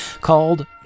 called